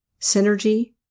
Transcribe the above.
synergy